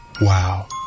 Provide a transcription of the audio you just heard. wow